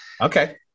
Okay